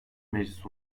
meclis